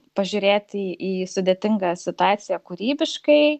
pažiūrėti į sudėtingą situaciją kūrybiškai